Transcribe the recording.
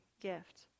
gift